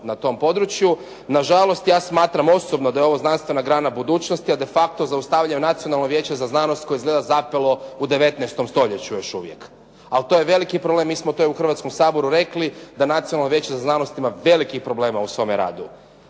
Nažalost, ja smatram osobno da je ovo znanstvena grana budućnosti, a de facto zaustavlja ju Nacionalno vijeće za znanost koje je izgleda zapelo u 19. stoljeću još uvijek. Ali to je veliki problem, mi smo to u Hrvatskom saboru rekli da Nacionalno vijeće za znanost ima velikih problema u svome radu.